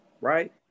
right